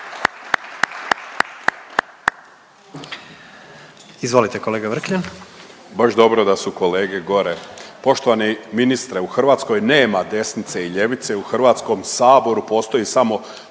Izvolite kolega Vrkljan.